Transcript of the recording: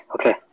okay